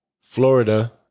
Florida